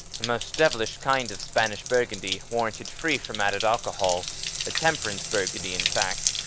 a most devilish kind of spanish burgundy, warranted free from added alcohol a temperance burgundy in fact.